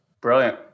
Brilliant